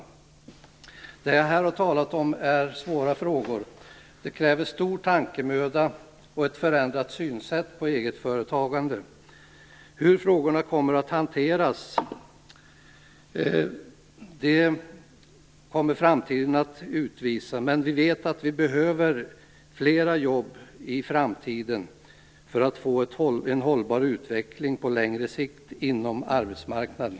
Det som jag här har talat om är svåra frågor som kräver stor tankemöda och en förändrad syn på egenföretagande. Hur frågorna kommer att hanteras kommer framtiden att utvisa. Men vi vet att det behövs fler jobb för att vi skall få en hållbar utveckling på längre sikt inom arbetsmarknaden.